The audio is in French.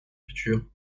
futures